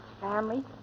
family